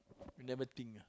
you never think ah